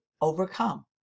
overcome